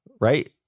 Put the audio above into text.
right